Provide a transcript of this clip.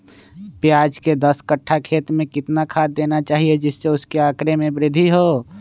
प्याज के दस कठ्ठा खेत में कितना खाद देना चाहिए जिससे उसके आंकड़ा में वृद्धि हो?